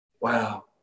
Wow